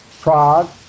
Prague